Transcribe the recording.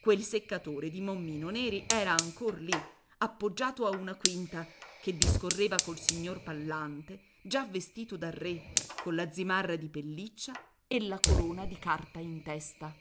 quel seccatore di mommino neri era ancor lì appoggiato a una quinta che discorreva col signor pallante già vestito da re colla zimarra di pelliccia e la corona di carta in testa